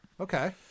Okay